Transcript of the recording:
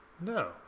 No